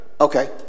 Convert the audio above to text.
okay